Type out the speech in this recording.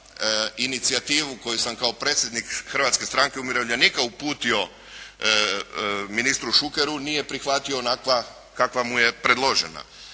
da inicijativu koju sam kao predsjednik Hrvatske stranke umirovljenika uputio ministru Šukeru nije prihvatio onakva kakva mu je predložena,